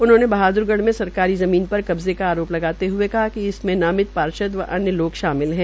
उन्होंने बहादुरगढ़ में सरकारी ज़मीन पर कब्जे का आरोप लगाते हए कहा कि इसमें नामित पार्षद व अन्य लोग शामिल है